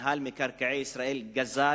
מינהל מקרקעי ישראל גזל,